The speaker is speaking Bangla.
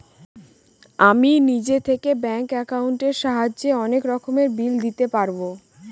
আমি নিজে থেকে ব্যাঙ্ক একাউন্টের সাহায্যে অনেক রকমের বিল দিতে পারবো